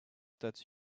that